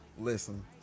Listen